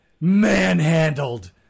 manhandled